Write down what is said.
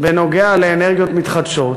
בנוגע לאנרגיות מתחדשות,